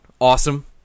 awesome